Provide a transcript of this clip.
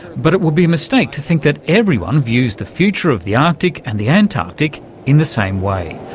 but it would be a mistake to think that everyone views the future of the arctic and the antarctic in the same way.